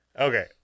Okay